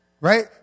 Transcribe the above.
Right